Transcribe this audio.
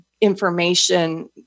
information